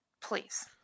please